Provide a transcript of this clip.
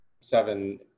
seven